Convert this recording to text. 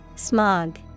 Smog